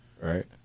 right